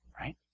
right